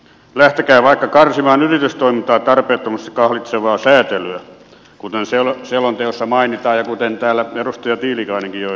lähtekää vaikka karsimaan yritystoimintaa tarpeettomasti kahlitsevaa säätelyä kuten selonteossa mainitaan ja kuten täällä edustaja tiilikainenkin jo toi esille